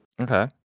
Okay